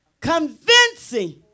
convincing